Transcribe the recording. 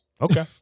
Okay